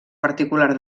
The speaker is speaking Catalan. particular